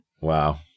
Wow